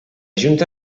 junta